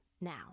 now